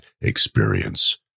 experience